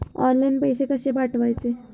Online पैसे कशे पाठवचे?